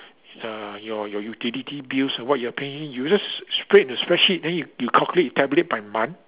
the your your utility bills and what you are paying you just split in the spreadsheet then you you calculate you tabulate by month